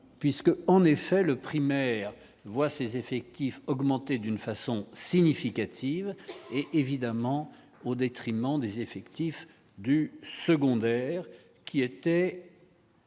puisque, en effet, le primaire voit ses effectifs augmenter d'une façon significative et évidemment au détriment des effectifs du secondaire qui était.